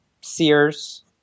Sears